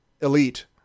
Elite